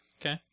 Okay